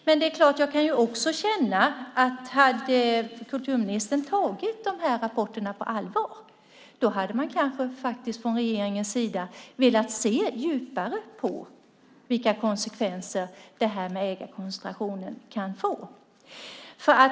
Men det är klart att jag också kan känna att hade kulturministern tagit de här rapporterna på allvar hade man kanske från regeringens sida velat se djupare på vilka konsekvenser ägarkoncentrationen kan få.